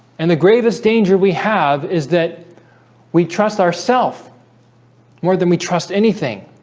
and the gravest danger we have is that we trust ourself more than we trust anything